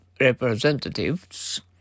Representatives